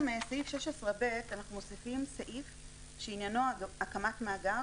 סעיף שאנחנו מוסיפים שעניינו הקמת מאגר